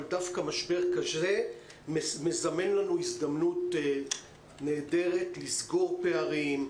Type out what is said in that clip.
אבל דווקא משבר קשה מזמן לנו הזדמנות נהדרת לסגור פערים,